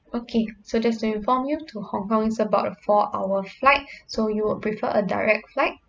okay so just to inform you to hong kong is about a four hour flight so you would prefer a direct flight